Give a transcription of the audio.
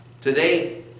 today